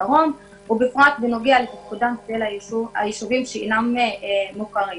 הדרום ובפרט בנוגע לתפקודם של הישובים שאינם מוכרים.